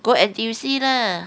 go N_T_U_C lah